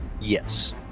Yes